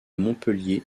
montpellier